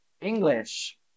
English